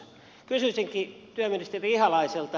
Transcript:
kysyisinkin työministeri ihalaiselta